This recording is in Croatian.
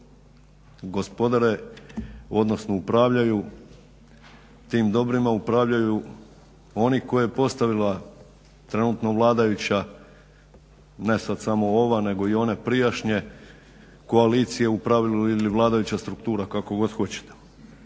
Gospodare, odnosno upravljaju tim dobrim upravljaju oni koje je postavila trenutno vladajuća ne sad samo ova, nego i one prijašnje koalicije u pravilu ili vladajuća struktura kako god hoćete.